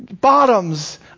bottoms